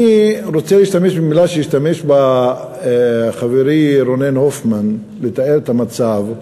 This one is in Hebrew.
אני רוצה להשתמש במילה שהשתמש בה חברי רונן הופמן לתאר את המצב.